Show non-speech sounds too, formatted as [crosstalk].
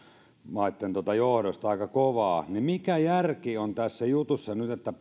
maitten johdosta aika kovaa niin mikä järki on nyt tässä jutussa että [unintelligible]